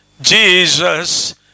Jesus